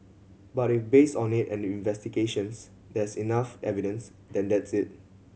but if based on it and the investigations there's enough evidence then that's it